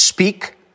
speak